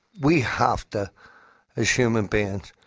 we have to as human beings,